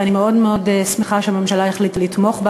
ואני מאוד שמחה שהממשלה החליטה לתמוך בה